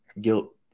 guilt